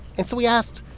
and so we asked,